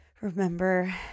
remember